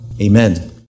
amen